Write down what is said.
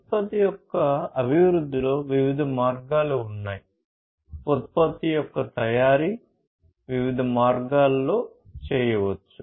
ఉత్పత్తి యొక్క అభివృద్ధిలో వివిధ మార్గాలు ఉన్నాయి ఉత్పత్తి యొక్క తయారీ వివిధ మార్గాల్లో చేయవచ్చు